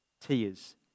tears